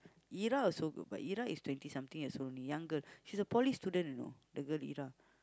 Irah also good but Irah is twenty something years old only young girl she's a poly student you know the girl Irah